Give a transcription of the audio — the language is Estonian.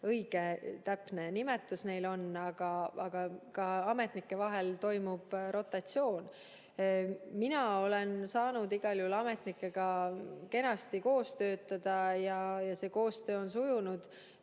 õige, täpne nimetus on –, ka ametnike vahel toimub rotatsioon. Mina olen saanud igal juhul ametnikega kenasti koos töötada, see koostöö on sujunud